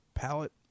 palette